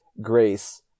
Grace